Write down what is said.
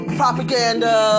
propaganda